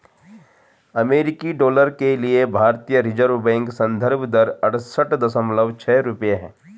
अमेरिकी डॉलर के लिए भारतीय रिज़र्व बैंक संदर्भ दर अड़सठ दशमलव छह रुपये है